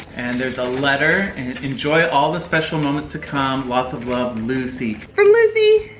and there's a letter and and enjoy all the special moments to come. lots of love, lucie. from lucie!